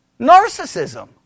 narcissism